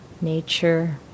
nature